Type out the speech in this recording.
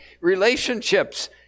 Relationships